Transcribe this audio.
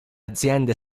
aziende